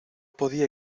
podía